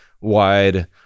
wide